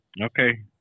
Okay